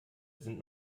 sind